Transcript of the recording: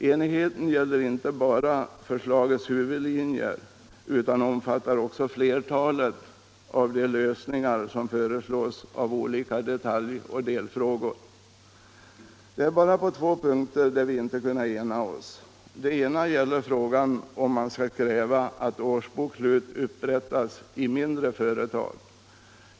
Enigheten gäller inte bara förslagets huvudlinjer utan omfattar också flertalet av de lösningar som föreslås av olika detaljoch delfrågor. Det är bara på två punkter som vi inte har kunnat ena oss. Den ena gäller frågan om man skall kräva att årsbokslut upprättas i mindre företag.